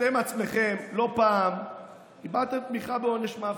אתם עצמכם לא פעם הבעתם תמיכה בעונש מוות.